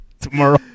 tomorrow